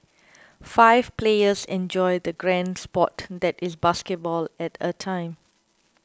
five players enjoy the grand sport that is basketball at a time